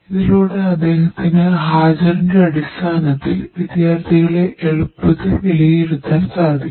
ഇതിലൂടെ അദ്ദേഹത്തിന് ഹാജറിന്റെ അടിസ്ഥാനത്തിൽ വിദ്ധ്യാർഥികളെ എളുപ്പത്തിൽ വിലയിരുത്താൻ സാധിക്കുന്നു